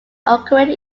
occurring